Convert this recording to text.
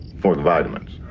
for the vitamins.